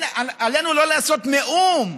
ועלינו לא לעשות מאום,